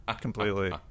completely